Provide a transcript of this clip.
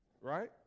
right